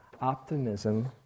optimism